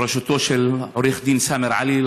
בראשותו של עו"ד סאמר עלי,